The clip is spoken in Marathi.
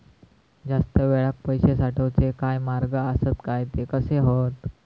जास्त वेळाक पैशे साठवूचे काय मार्ग आसत काय ते कसे हत?